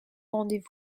rendez